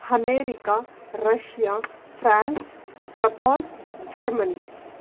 America Russia France Japan Germany